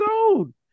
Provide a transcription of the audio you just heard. old